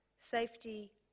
Safety